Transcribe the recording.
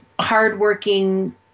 hardworking